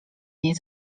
nie